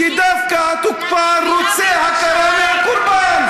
כי דווקא התוקפן רוצה הכרה מהקורבן.